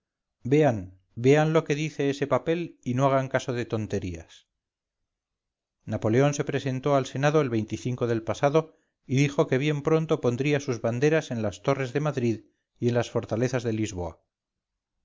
vean vean lo que dice ese papel y no hagan caso de tonterías napoleón se presentó al senado el del pasado y dijo que bien pronto pondría sus banderas en las torres de madrid y en las fortalezas de